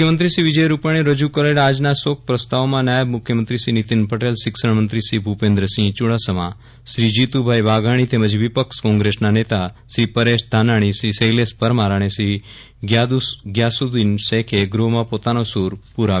મુખ્યમંત્રી શ્રી વિજય રૂપાજીએ રજુ કરેલા આજના શોક પ્રસ્તાવમાં નાયબ મુખ્યમંત્રી શ્રી નિતિન પટેલ શિક્ષણમંત્રી શ્રી ભૂપેન્દ્રસિંહ ચુડાસમા શ્રી જીતુભાઇ વાઘાજી તેમજ વિપક્ષ કોંગ્રેસના નેતા શ્રી પરેશ ધાનાણી શ્રી શૈલેષ પરમાર અને શ્રી ગ્યાસુદ્દિન શેખે ગ્રહમાં પોતાનો સુર પુરાવ્યો હતો